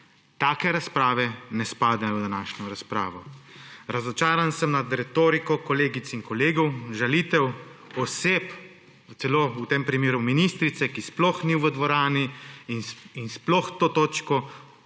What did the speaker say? take razprave ne spadajo na današnjo razpravo. Razočaran sem nad retoriko kolegic in kolegov, žalitev oseb, celo v tem primeru ministrice, ki je sploh ni v dvorani in sploh s to točko